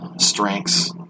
strengths